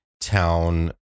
town